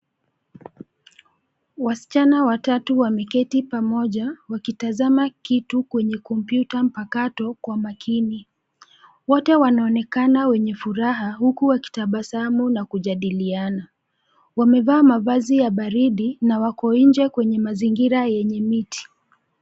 Wasichana watatu wameketi pamoja wakitazama kitu kwenye kompyuta mpakato kwa makini, wote wanaonekana wenye furaha huku wakitabasamu na kujadiliana. Wamevaa mavazi ya baridi na wako nje kwenye mazingira yenye miti.